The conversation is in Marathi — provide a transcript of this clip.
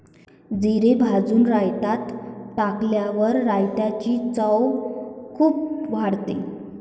जिरे भाजून रायतात टाकल्यावर रायताची चव खूप वाढते